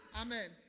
Amen